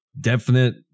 definite